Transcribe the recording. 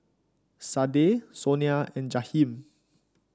Sadye Sonia and Jahiem